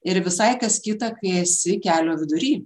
ir visai kas kita kai esi kelio vidury